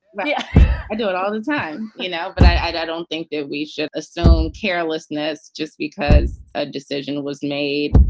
but yeah i do it all the time, you know. but i don't think that we should assume carelessness just because a decision was made.